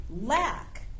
lack